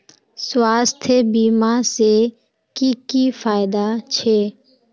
स्वास्थ्य बीमा से की की फायदा छे?